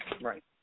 Right